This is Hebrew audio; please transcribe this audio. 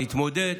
נתמודד,